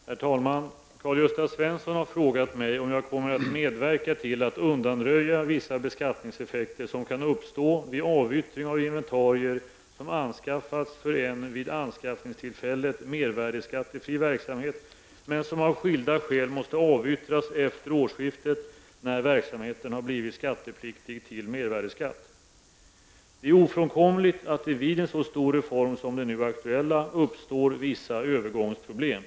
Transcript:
Herr talman! Karl-Gösta Svenson har frågat mig om jag kommer att medverka till att undanröja vissa beskattningseffekter som kan uppstå vid avyttring av inventarier som anskaffats för en vid anskaffningstillfället mervärdeskattefri verksamhet men som av skilda skäl måste avyttras efter årsskiftet när verksamheten blivit skattepliktig till mervärdeskatt. Det är ofrånkomligt att det vid en så stor reform som den nu aktuella uppstår vissa övergångsproblem.